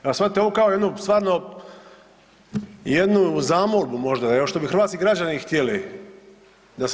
Evo shvatite ovo kao jednu stvarno, jednu zamolbu možda, evo što bi hrvatski građani htjeli da se